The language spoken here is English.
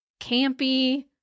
Campy